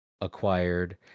acquired